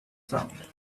sound